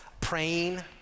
praying